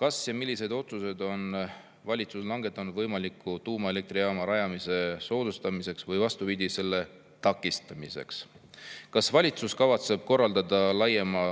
Kas ja milliseid otsuseid on valitsus langetanud võimaliku tuumaelektrijaama rajamise soodustamiseks või, vastupidi, selle takistamiseks? Kas valitsus kavatseb korraldada laiema